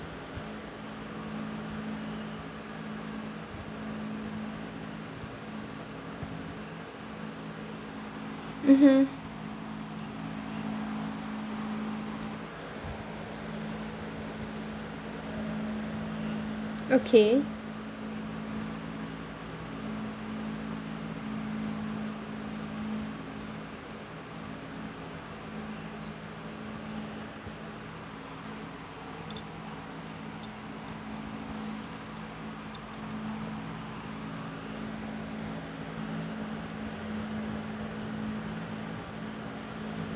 mmhmm oK